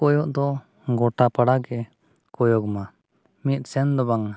ᱠᱚᱭᱚᱜ ᱫᱚ ᱜᱚᱴᱟ ᱯᱟᱲᱟᱜᱮ ᱠᱚᱭᱚᱜᱽ ᱢᱟ ᱢᱤᱫ ᱥᱮᱫ ᱫᱚ ᱵᱟᱝᱟ